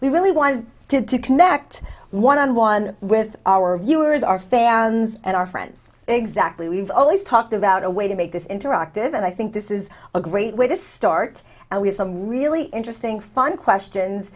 we really want to connect one on one with our viewers our fans and our friends exactly we've always talked about a way to make this interactive and i think this is a great way to start and we have some really interesting fun questions